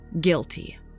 guilty